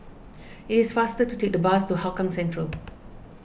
it is faster to take the bus to Hougang Central